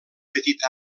petit